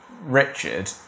Richard